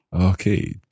Okay